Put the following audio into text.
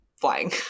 flying